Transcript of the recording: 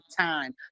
time